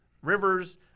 rivers